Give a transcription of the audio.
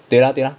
对 lah 对 lah